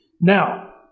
Now